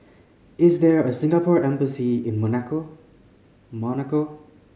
is there a Singapore Embassy in Monaco Monaco